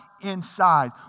inside